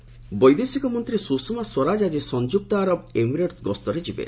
Swaraj UAE ବୈଦେଶିକ ମନ୍ତ୍ରୀ ସୁଷମା ସ୍ୱରାଜ ଆଜି ସଂଯୁକ୍ତ ଆରବ ଏମିରେଟ୍ସ୍ ଗସ୍ତରେ ଯିବେ